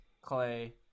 Clay